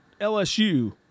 LSU